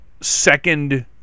second